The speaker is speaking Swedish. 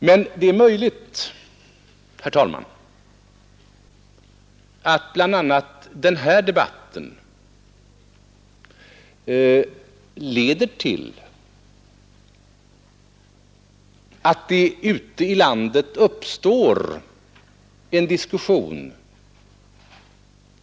Men det är möjligt, herr talman, att bl.a. den här debatten leder till att det ute i landet uppstår en diskussion.